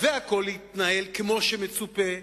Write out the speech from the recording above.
והכול יתנהל כמו שמצופה,